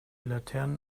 laternen